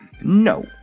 No